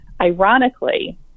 Ironically